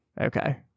Okay